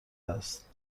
است